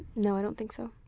no, i don't think so.